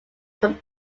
from